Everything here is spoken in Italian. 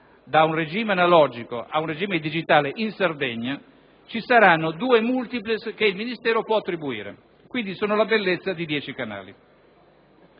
da un regime analogico ad un regime digitale, in Sardegna ci saranno 2 multiplex che il Ministro potrà attribuire. Quindi, si tratta della bellezza di 10 canali.